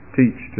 teach